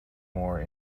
more